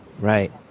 Right